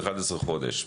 11 חודשים.